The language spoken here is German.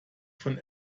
von